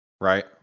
Right